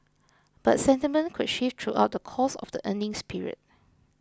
but sentiment could shift throughout the course of the earnings period